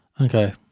Okay